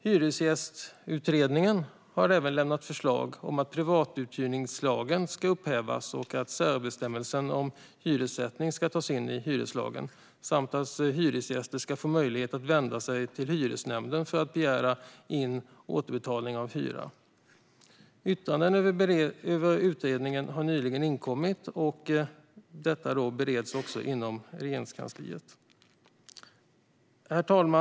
Hyresgästutredningen har även lämnat förslag om att privatuthyrningslagen ska upphävas, att särbestämmelsen om hyressättning ska tas in i hyreslagen samt att hyresgäster ska få möjlighet att vända sig till hyresnämnden för att begära in återbetalning av hyra. Yttranden över utredningen har nyligen inkommit, och det hela bereds inom Regeringskansliet. Herr talman!